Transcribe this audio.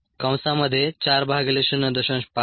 5ln 40